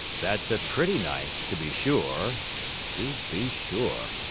that's a pretty knife, to be sure to be sure.